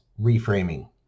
reframing